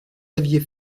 aviez